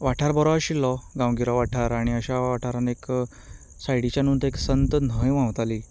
वाठार बरो आशिल्लो गांवगिरो वाठार आनी अशा वाठारांत एक सायडीच्यान एक संत न्हंय व्हांवताली